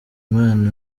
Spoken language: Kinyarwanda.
umwana